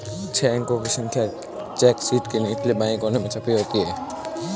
छह अंकों की संख्या चेक शीट के निचले बाएं कोने में छपी होती है